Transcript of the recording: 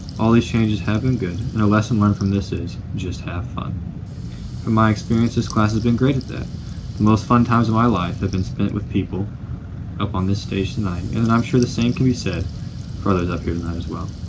all these changes have been good, and a lesson learned from this is, just have fun. from my experiences, class has been great at that. the most fun times of my life have been spent with people up on this stage tonight, and and i'm sure the same can be said for others up here tonight as well.